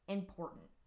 important